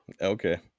Okay